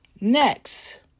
Next